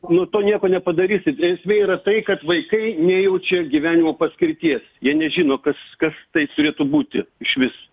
nu to nieko nepadarysi tai esmė yra tai kad vaikai nejaučia gyvenimo paskirties jie nežino kas kas tai turėtų būti išvis